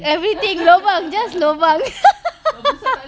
everything lubang just lubang